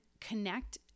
connect